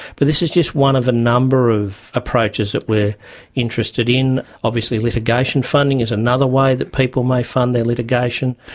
but this is just one of a number of approaches that we are interested in. obviously litigation funding is another way that people may fund their litigation.